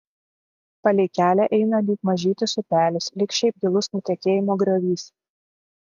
palei kelią eina lyg mažytis upelis lyg šiaip gilus nutekėjimo griovys